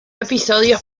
episodios